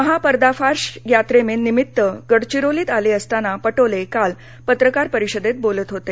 महापर्दाफाश यात्रेनिमित्त गडघिरोलीत आले असताना पटोले काल पत्रकार परिषदेत बोलत होते